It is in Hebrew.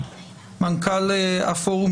מנכ"ל הפורום